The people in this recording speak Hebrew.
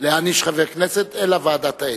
להעניש חבר כנסת אלא ועדת האתיקה,